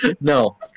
no